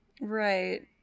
Right